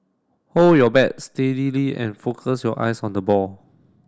hold your bat steadily and focus your eyes on the ball